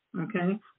okay